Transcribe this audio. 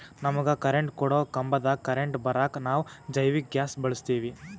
ನಮಗ ಕರೆಂಟ್ ಕೊಡೊ ಕಂಬದಾಗ್ ಕರೆಂಟ್ ಬರಾಕ್ ನಾವ್ ಜೈವಿಕ್ ಗ್ಯಾಸ್ ಬಳಸ್ತೀವಿ